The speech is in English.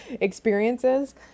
experiences